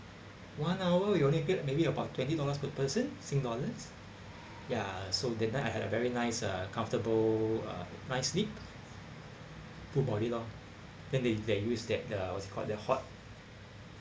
one hour you only get maybe about twenty dollars per person sing dollars ya so that night I had a very nice uh comfortable uh night sleep full body lor then they they used that uh what's it called that hot